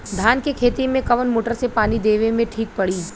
धान के खेती मे कवन मोटर से पानी देवे मे ठीक पड़ी?